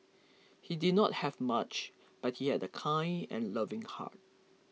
he did not have much but he had a kind and loving heart